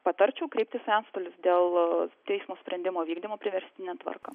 patarčiau kreiptis į antstolius dėl teismo sprendimo vykdymo priverstine tvarka